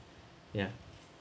ya